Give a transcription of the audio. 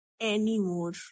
anymore